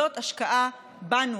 זאת השקעה בנו,